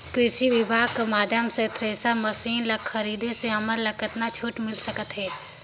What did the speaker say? कृषि विभाग कर माध्यम से थरेसर मशीन ला खरीदे से हमन ला कतका छूट मिल सकत हे?